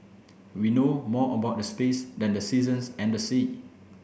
we know more about the space than the seasons and the sea